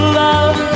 love